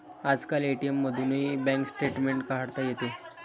आजकाल ए.टी.एम मधूनही bank statement काढता येते